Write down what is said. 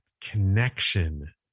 connection